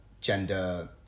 gender